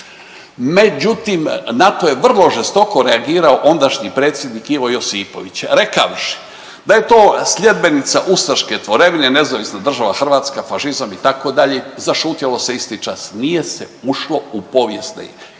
Međutim, na to je vrlo žestoko reagirao ondašnji predsjednik Ivo Josipović rekavši da je to sljedbenica ustaške tvorevine NDH, fašizam, itd., zašutjelo se isti čas, nije se ušlo u povijesne